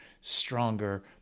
stronger